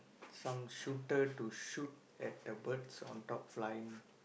some shooter to shoot at the birds on top flying